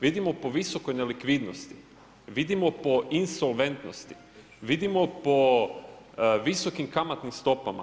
Vidimo po visokoj nelikvidnosti, vidimo po insolventnosti, vidimo po visokim kamatnim stopama.